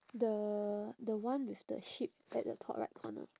the the one with the sheep at the top right corner